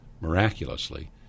miraculously